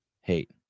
Hate